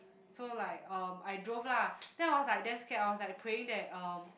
so like um I drove lah then I was like damn scared I was like praying that um